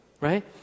right